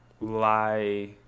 lie